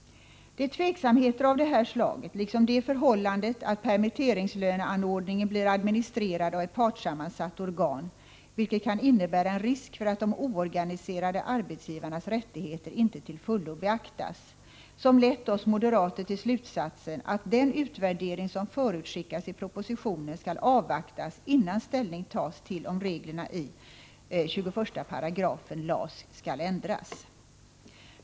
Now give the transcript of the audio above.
Det är tveksamheter av det här slaget liksom det förhållandet att permitteringslöneanordningen blir administrerad av ett partssammansatt organ, vilket kan innebära en risk för att de oorganiserade arbetsgivarnas rättigheter inte till fullo beaktas, som lett oss moderater till slutsatsen att den utvärdering som förutskickas i propositionen skall avvaktas innan ställning tas till om reglerna i 21 § LAS skall ändras.